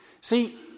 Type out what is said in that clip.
See